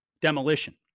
demolition